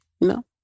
No